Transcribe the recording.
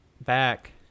back